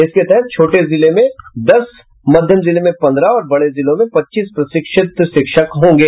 इसके तहत छोटे जिले में दस मध्यम जिले में पन्द्रह और बड़े जिलों में पच्चीस प्रशिक्षित शिक्षक होंगे